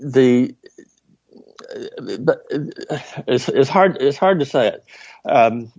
the it's hard it's hard to say